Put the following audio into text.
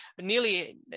nearly